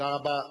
תודה רבה.